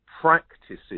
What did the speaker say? practices